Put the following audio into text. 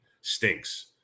stinks